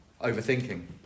Overthinking